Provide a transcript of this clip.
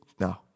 No